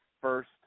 first